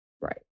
Right